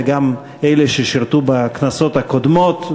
וגם את אלה ששירתו בכנסות הקודמות,